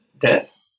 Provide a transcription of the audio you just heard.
death